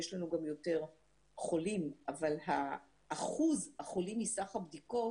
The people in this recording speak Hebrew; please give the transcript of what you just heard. יש לנו גם יותר חולים אבל אחוז החולים מסך הבדיקות